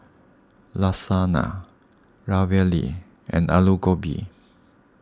Lasagna Ravioli and Alu Gobi